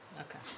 Okay